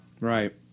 Right